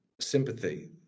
sympathy